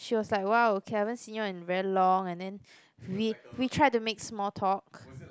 she was like !wow! okay I never see you in very long and then we we tried to make small talk